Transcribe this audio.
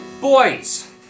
Boys